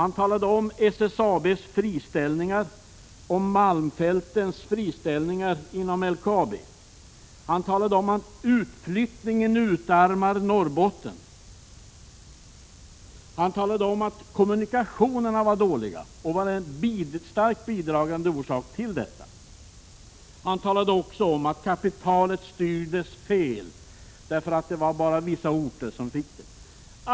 Han talade om SSAB:s friställningar och om malmfältens friställningar inom LKAB. Han talade om att utflyttningen utarmar Norrbotten. Han talade om att kommunikationerna är dåliga, vilket är en starkt bidragande orsak till utarmningen. Han talade också om att kapitalet styrs fel därför att det bara är vissa orter som får tillgång till det.